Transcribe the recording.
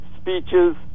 speeches